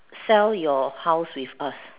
sell your house with us